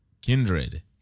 Kindred